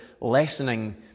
lessening